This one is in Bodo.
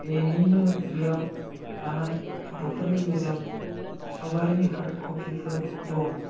बेनिनो बेयाव लानाय फट'फोरनि गोजाम सावगारिनि हार्डक'पिफोर दं